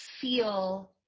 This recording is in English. feel